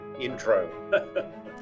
intro